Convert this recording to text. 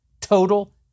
Total